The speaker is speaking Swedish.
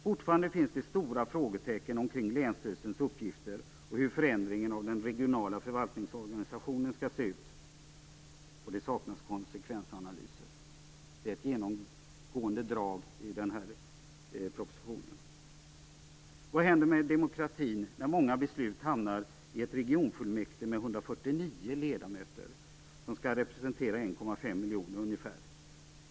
Fortfarande finns det stora frågetecken kring länsstyrelsens uppgifter och hur förändringen av den regionala förvaltningsorganisationen skall se ut, och det saknas konsekvensanalyser. Det är ett genomgående drag i den här propositionen. Vad händer med demokratin när många beslut hamnar i ett regionfullmäktige med 149 ledamöter som skall representera ungefär 1,5 miljoner människor.